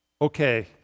Okay